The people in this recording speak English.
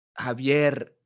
Javier